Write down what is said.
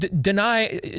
deny